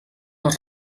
les